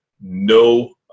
no